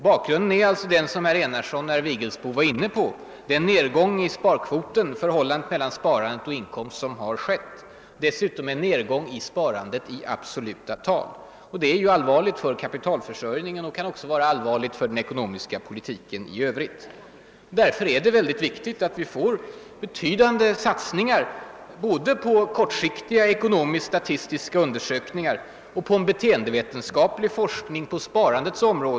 Bakgrunden är, som herrar Enarsson och Vigelsbo var inne på, den nedgång som ägt rum i förhållandet mellan sparandet och inkomsten. Dessutom är det en nedgång i sparandet i absoluta tal. Detta är allvarligt för kapitalförsörjningen och kan också vara allvarligt för den ekonomiska politiken i övrigt. Därför är det viktigt att vi får till stånd betydande satsningar både på kortsiktiga ekonomisk-statistiska undersökningar och på en beteendevetenskaplig forskning på sparandets område.